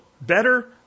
better